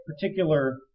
particular